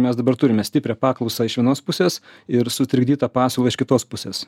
mes dabar turime stiprią paklausą iš vienos pusės ir sutrikdytą pasiūlą iš kitos pusės